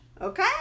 Okay